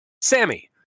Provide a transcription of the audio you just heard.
Sammy